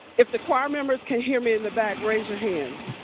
if the choir members can hear me in the back, raise your hands.